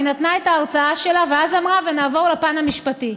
היא נתנה את ההרצאה שלה ואז אמרה: ונעבור לפן המשפטי.